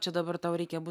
čia dabar tau reikia būt